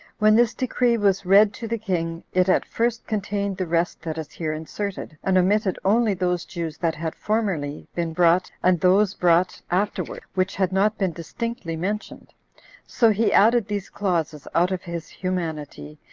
when this decree was read to the king, it at first contained the rest that is here inserted, and omitted only those jews that had formerly been brought, and those brought afterwards, which had not been distinctly mentioned so he added these clauses out of his humanity,